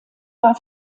war